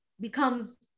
becomes